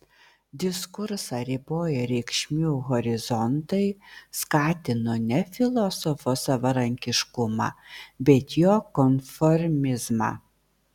diskursą riboję reikšmių horizontai skatino ne filosofo savarankiškumą bet jo konformizmą